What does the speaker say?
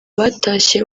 batashye